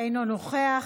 אינו נוכח,